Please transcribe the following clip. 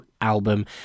album